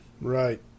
Right